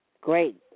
great